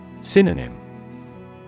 Synonym